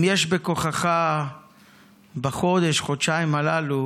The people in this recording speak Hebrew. אם יש בכוחך בחודש-חודשיים הללו